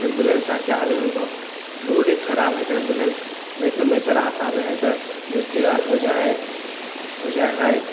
ambulance आरके आबैमे बहुत रोडे खराब हइ तऽ एम्बुलेन्स नहि समयपर आ पाबै हइ तऽ मृत्यु आर हो जाइ हइ हो जाइ हइ